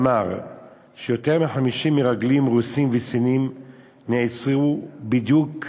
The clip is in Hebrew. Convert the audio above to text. אמר שיותר מ-50 מרגלים רוסים וסינים נעצרו בדיוק,